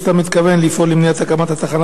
כיצד אתה מתכוון לפעול למניעת הקמת התחנה